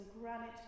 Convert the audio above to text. granite